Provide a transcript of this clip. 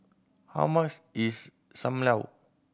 how much is Sam Lau